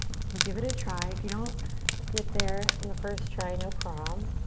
so give it a try. if you don't get there in the first try, no prob. um